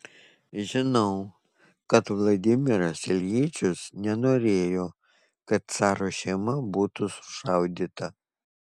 žinau kad vladimiras iljičius nenorėjo kad caro šeima būtų sušaudyta